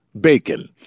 Bacon